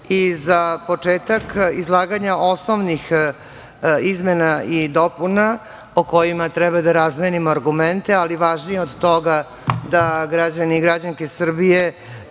početak izlaganja osnovnih izmena i dopuna o kojima treba da razmenimo argumente, ali važnije od toga da građani i građanke Srbije